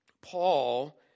Paul